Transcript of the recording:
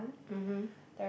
mmhmm